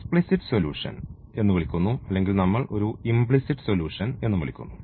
explicit solution എന്ന് വിളിക്കുന്നു അല്ലെങ്കിൽ നമ്മൾ ഒരു ഇംപ്ലിസിറ്റ് സൊല്യൂഷൻ എന്നും വിളിക്കുന്നു